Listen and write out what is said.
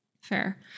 Fair